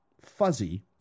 fuzzy